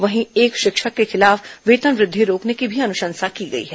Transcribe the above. वहीं एक शिक्षक के खिलाफ वेतन वृद्धि रोकने की भी अनुशंसा की गई है